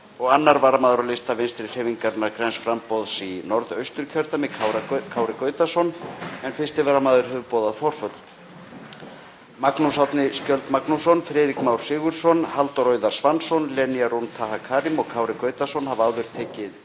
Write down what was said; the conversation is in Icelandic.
og 2. varamaður á lista Vinstrihreyfingarinnar – græns framboðs í Norðausturkjördæmi, Kári Gautason, en 1. varamaður hefur boðað forföll. Magnús Árni Skjöld Magnússon, Friðrik Már Sigurðsson, Halldór Auðar Svansson, Lenya Rún Taha Karim og Kári Gautason hafa áður tekið